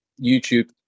YouTube